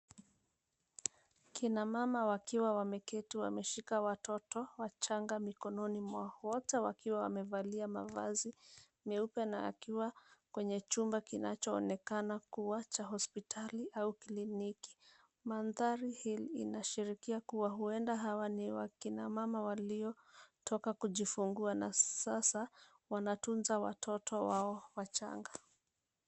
Kina mama wakiwa wameketi wameshika watoto wachanga mikononi mwao. Wote wakiwa wamevalia mavazi meupe na wakiwa kwenye chumba kinachoonekana kuwa cha hospitali au kliniki. Mandhari hili inashirikia kuwa huenda hawa ni kina mama waliotoka kujifungua, sasa wanatunza watoto wao wachanga.